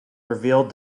revealed